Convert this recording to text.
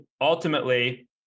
ultimately